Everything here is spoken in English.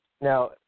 Now